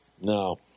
No